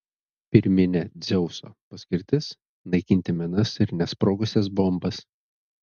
pirminė dzeuso paskirtis naikinti minas ir nesprogusias bombas